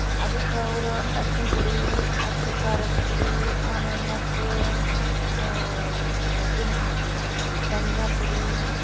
ಅದಕ್ಕೆ ಅವರು ಅರ್ಶಿನ್ ಪುಡಿ ಅಚ್ಚ ಖಾರದ ಪುಡಿ ಆಮೇಲೆ ಮತ್ತೆ ಇದನ್ನು ಹಾಕಿದರು ಧನಿಯಾ ಪುಡಿ